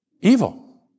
evil